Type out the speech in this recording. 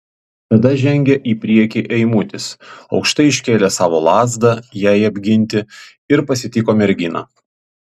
tada žengė į priekį eimutis aukštai iškėlęs savo lazdą jai apginti ir pasitiko merginą